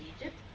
Egypt